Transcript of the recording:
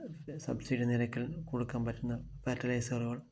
subsidy നിരക്കിൽ കൊടുക്കാൻ പറ്റുന്ന പാറ്റലൈസറുകൾ